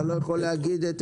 אתה לא יכול להגיד את עמדתך?